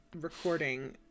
recording